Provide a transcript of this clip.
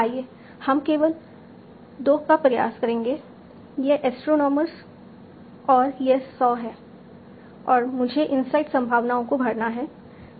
आइए हम केवल पहले 2 का प्रयास करें यह एस्ट्रोनोमर्स है और यह सॉ है और मुझे इनसाइड संभावनाओं को भरना है